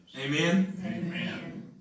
Amen